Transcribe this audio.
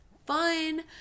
Fun